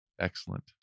Excellent